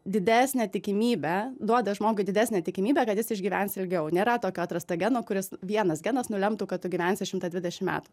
didesnę tikimybę duoda žmogui didesnę tikimybę kad jis išgyvens ilgiau nėra tokio atrasto geno kuris vienas genas nulemtų kad tu gyvensi šimtą dvidešim metų